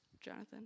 Jonathan